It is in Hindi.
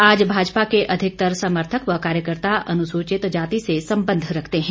आज भाजपा के अधिकतर समर्थक व कार्यकर्त्ता अनुसूचित जाति से संबंध रखते हैं